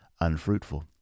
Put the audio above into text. unfruitful